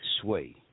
sway